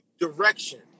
direction